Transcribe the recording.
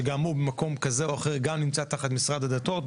שגם הוא במקום כזה או אחר נמצא תחת משרד הדתות,